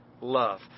love